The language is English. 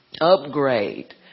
upgrade